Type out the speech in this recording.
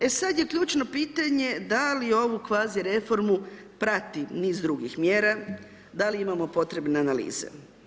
E sad je ključno pitanje da li ovu kvazi reformu prati niz drugih mjera, dali imamo potrebne analize.